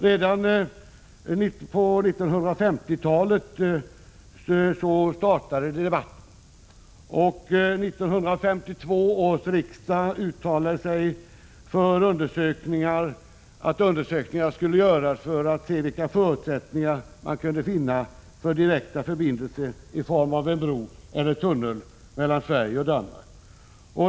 Redan på 1950-talet startade debatten, och 1952 års riksdag uttalade sig för att undersökningar skulle göras för att se vilka förutsättningar man kunde finna för direkta förbindelser i form av en bro eller tunnel mellan Sverige och Danmark.